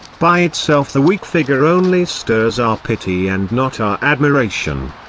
by itself the weak figure only stirs our pity and not our admiration.